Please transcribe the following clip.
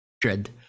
Dread